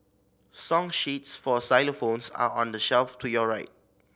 song sheets for xylophones are on the shelf to your right